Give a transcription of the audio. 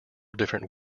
different